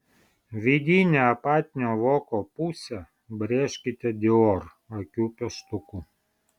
vidinę apatinio voko pusę brėžkite dior akių pieštuku